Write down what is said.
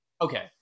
okay